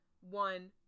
one